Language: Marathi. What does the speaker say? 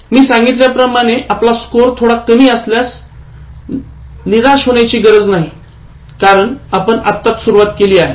मी सांगितल्याप्रमाणे आपला स्कोअर थोडा कमी असल्यास निराश होण्याची गरज नाही कारण आपण आताच सुरवात केली आहे